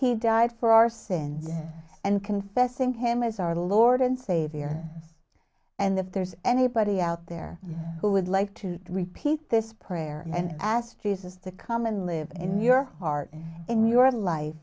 he died for our sins and confessing him as our lord and savior and if there's anybody out there who would like to repeat this prayer and asked jesus to come and live in your heart and in your life